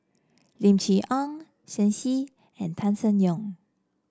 Lim Chee Onn Shen Xi and Tan Seng Yong